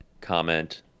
comment